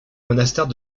monastère